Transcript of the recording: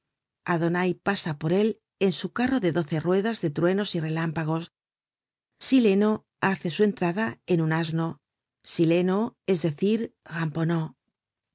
adonai pasa por él en su carro de doce ruedas de truenos y relámpagos sileno hace su entrada en un asno sileno es decir